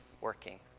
working